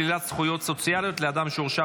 שלילת זכויות סוציאליות לאדם שהורשע